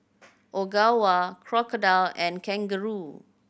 Ogawa Crocodile and Kangaroo